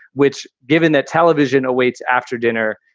which given that television awaits after dinner,